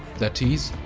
that is,